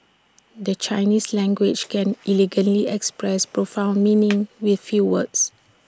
the Chinese language can elegantly express profound meanings with few words